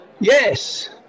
Yes